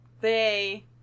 they-